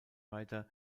weiter